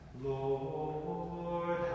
Lord